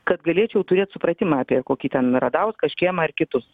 kad galėčiau turėt supratimą apie kokį ten radauską škėmą ar kitus